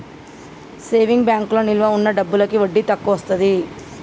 saving బ్యాంకులో నిలవ ఉన్న డబ్బులకి వడ్డీ తక్కువొస్తది